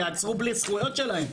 יעצרו בלי זכויות שלהם.